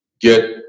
get